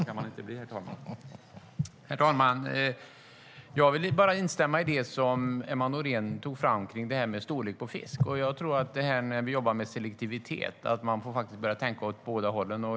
Herr talman! Jag vill instämma i det Emma Nohrén sa om storleken på fiskar. När vi jobbar med selektivitet tror jag att vi får börja tänka åt båda hållen.